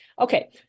okay